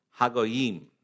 Hagoyim